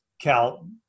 Cal